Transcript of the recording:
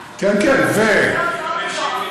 שזה הוצאות מטורפות.